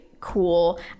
cool